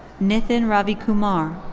nithin ravikumar.